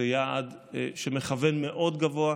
זה יעד שמכוון מאוד גבוה,